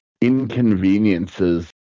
inconveniences